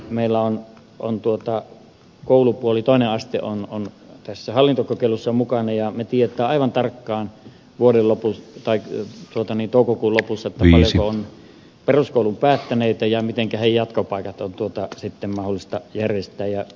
meillä on koulupuolen toinen aste tässä hallintokokeilussa mukana ja me tiedämme aivan tarkkaan toukokuun lopussa paljonko on peruskoulun päättäneitä ja mitenkä jatkopaikat on mahdollista järjestää